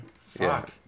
Fuck